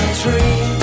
tree